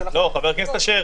חבר הכנסת אשר,